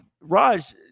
Raj